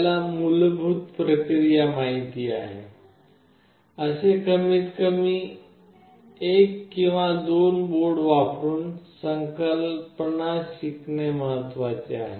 आपल्याला मूलभूत प्रक्रिया माहित आहे असे कमीतकमी एक किंवा दोन बोर्ड वापरुन संकल्पना शिकणे महत्वाचे आहे